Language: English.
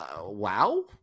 Wow